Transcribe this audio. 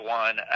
one –